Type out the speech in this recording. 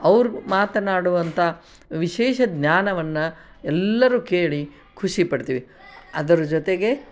ಅವ್ರು ಮಾತನಾಡುವಂಥ ವಿಶೇಷ ಜ್ಞಾನವನ್ನು ಎಲ್ಲರೂ ಕೇಳಿ ಖುಷಿಪಡ್ತೀವಿ ಅದರ ಜೊತೆಗೆ